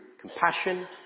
compassion